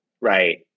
Right